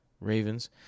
Ravens